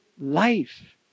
life